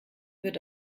wird